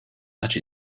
such